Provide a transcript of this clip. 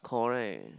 correct